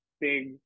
big